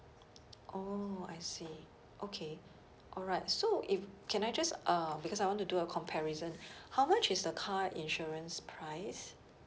orh I see okay alright so if can I just uh because I want to do a comparison how much is the car insurance price